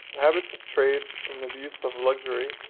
habits of trade, and the abuse of luxury,